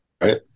right